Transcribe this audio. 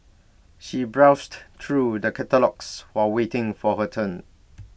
she browsed through the catalogues while waiting for her turn